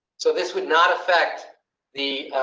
so, this would not affect the.